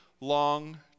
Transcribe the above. long